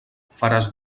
faras